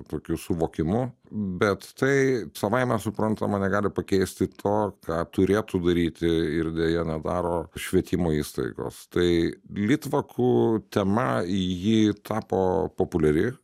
tokiu suvokimu bet tai savaime suprantama negali pakeisti to ką turėtų daryti ir deja nedaro švietimo įstaigos tai litvaku tema į jį tapo populiari